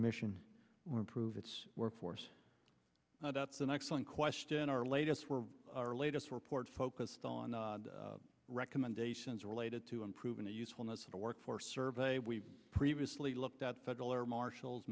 mission or improve its workforce that's an excellent question our latest were our latest report focused on recommendations related to improving the usefulness of the workforce survey we previously looked at federal air marshals